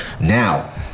Now